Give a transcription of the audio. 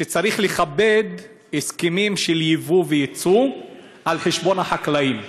שצריך לכבד הסכמים של יבוא ויצוא על חשבון החקלאים,